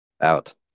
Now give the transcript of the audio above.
out